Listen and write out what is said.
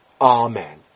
Amen